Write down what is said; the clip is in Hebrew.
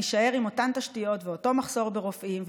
נישאר עם אותן תשתיות ואותו מחסור ברופאים,